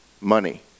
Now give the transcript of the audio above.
money